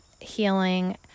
healing